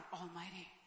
Almighty